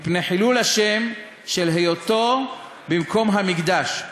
מפני חילול השם של היותו במקום המקדש,